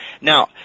Now